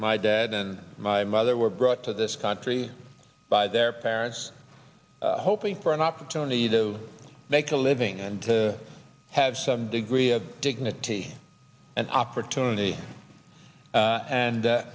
my dad and my mother were brought to this country by their parents hoping for an opportunity to make a living and to have some degree of dignity and opportunity and